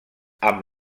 amb